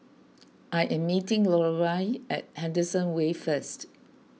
I am meeting Lorelai at Henderson Wave first